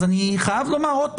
אז אני חייב לומר עוד פעם.